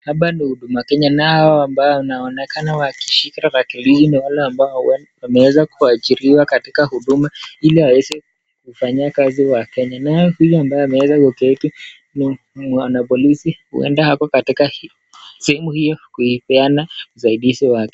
Hapa ni Huduma Kenya na hawa ambao wanaonekana wakishika wakilili ni wale ambao wameweza kuajiriwa katika Huduma ili waweze kufanyia kazi Wakenya. Nayo huyu ameweza kuketi ni mwana polisi huenda katika sehemu hiyo kuipeana usaidizi wake.